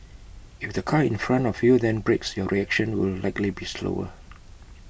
if the car in front of you then brakes your reaction will likely be slower